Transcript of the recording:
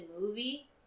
movie